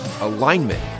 alignment